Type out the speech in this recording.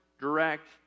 direct